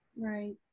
right